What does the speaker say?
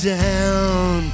down